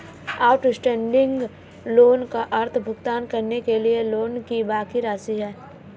outstanding loan का अर्थ भुगतान करने के लिए लोन की बाकि राशि है